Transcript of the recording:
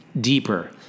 deeper